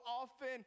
often